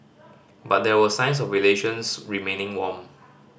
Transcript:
but there were signs of relations remaining warm